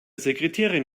sekretärin